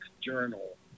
journal